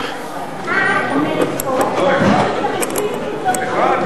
מסדר-היום את הצעת חוק הקרן לחלוקת כספי הארנונה